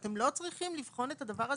אתם לא צריכים לבחון את הדבר הזה?